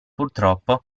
purtroppo